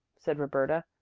said roberta,